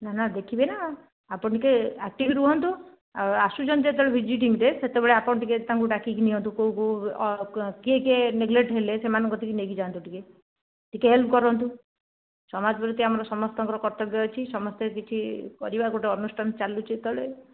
ନା ନା ଦେଖିବେ ନା ଆପଣ ଟିକିଏ ଆକ୍ଟିଭ ରୁହନ୍ତୁ ଆଉ ଆସୁଛନ୍ତି ଯେତେବେଳେ ଭିଜିଟିଙ୍ଗରେ ସେତେବେଳେ ଆପଣ ଟିକେ ତାଙ୍କୁ ଡାକିକି ନିଅନ୍ତୁ କେଉଁ କେଉଁ କିଏ କିଏ ନେଗଲେକ୍ଟ ହେଲେ ସେମାନଙ୍କ କତିକି ନେଇକି ଯାଆନ୍ତୁ ଟିକିଏ ଟିକିଏ ହେଲ୍ପ କରନ୍ତୁ ସମାଜ ପ୍ରତି ଆମର ସମସ୍ତଙ୍କର କର୍ତ୍ତବ୍ୟ ଅଛି ସମସ୍ତେ କିଛି କରିବା ଗୋଟିଏ ଅନୁଷ୍ଠାନ ଚାଲୁଛି ଯେତେବେଳେ